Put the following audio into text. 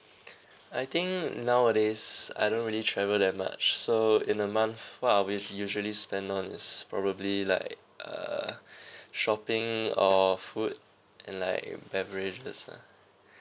I think nowadays I don't really travel that much so in a month part of it I usually spend on is probably like uh shopping or food and like beverages lah